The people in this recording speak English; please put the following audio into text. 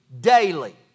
daily